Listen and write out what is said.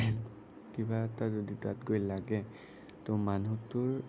কিবা এটা যদি তাত গৈ লাগে ত' মানুহটোৰ